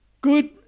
Good